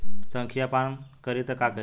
संखिया पान करी त का करी?